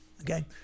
Okay